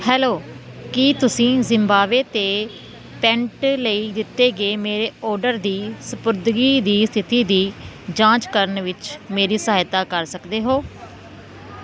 hello ਕੀ ਤੁਸੀਂ ਜ਼ਿਵਾਮੇ 'ਤੇ ਪੈਂਟ ਲਈ ਦਿੱਤੇ ਗਏ ਮੇਰੇ ਆਰਡਰ ਦੀ ਸਪੁਰਦਗੀ ਦੀ ਸਥਿਤੀ ਦੀ ਜਾਂਚ ਕਰਨ ਵਿੱਚ ਮੇਰੀ ਸਹਾਇਤਾ ਕਰ ਸਕਦੇ ਹੋ